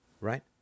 right